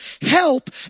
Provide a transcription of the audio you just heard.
help